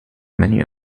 many